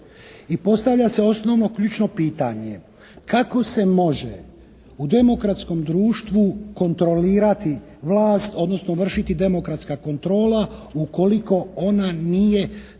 I postavlja se osnovno ključno pitanje kako se može u demokratskom društvu kontrolirati vlast odnosno vršiti demokratska kontrola ukoliko ona nije